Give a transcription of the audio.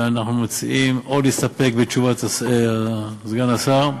ואנחנו מציעים או להסתפק בתשובת סגן השר,